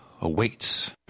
awaits